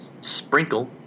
sprinkle